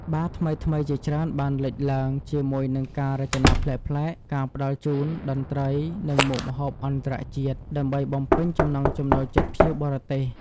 បារថ្មីៗជាច្រើនបានលេចឡើង ជាមួយនឹងការរចនាប្លែកៗ ការផ្ដល់ជូន តន្ត្រី និងមុខម្ហូបអន្តរជាតិ ដើម្បីបំពេញចំណង់ចំណូលចិត្តភ្ញៀវបរទេស។